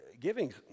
giving's